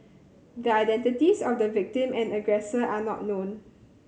the identities of the victim and aggressor are not known